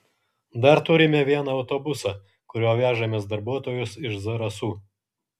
dar turime vieną autobusą kuriuo vežamės darbuotojus iš zarasų